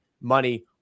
money